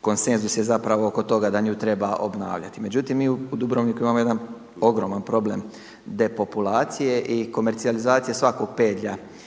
konsenzus je zapravo oko toga da nju treba obnavljati. Međutim, mi u Dubrovniku imamo jedan ogroman problem depopulacije i komercijalizacije svakog pedlja